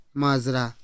mazra